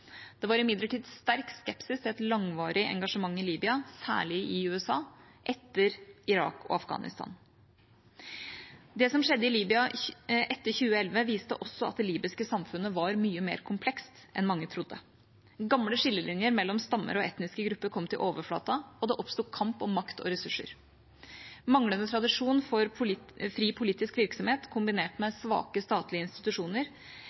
Det var imidlertid sterk skepsis til et langvarig engasjement i Libya, særlig i USA, etter Irak og Afghanistan. Det som skjedde i Libya etter 2011, viste også at det libyske samfunnet var mye mer komplekst enn mange trodde. Gamle skillelinjer mellom stammer og etniske grupper kom til overflaten, og det oppsto en kamp om makt og ressurser. Manglende tradisjon for fri politisk virksomhet kombinert med svake statlige institusjoner